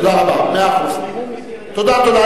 תודה, תודה.